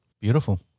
Beautiful